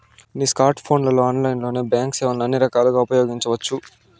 నీ స్కోర్ట్ ఫోన్లలో ఆన్లైన్లోనే బాంక్ సేవల్ని అన్ని రకాలుగా ఉపయోగించవచ్చు